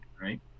right